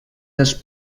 dels